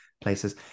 places